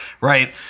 right